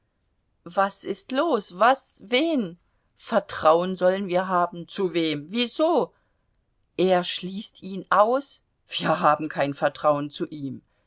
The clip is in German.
was ist los was wen vertrauen sollen wir haben zu wem wieso er schließt ihn aus wir haben kein vertrauen zu ihm